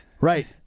right